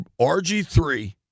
RG3